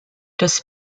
das